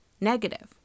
negative